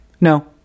No